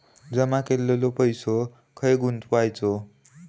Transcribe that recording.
जमा केलेलो पैसो खय गुंतवायचो?